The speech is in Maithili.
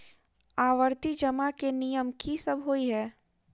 आवर्ती जमा केँ नियम की सब होइ है?